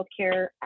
healthcare